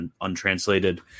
untranslated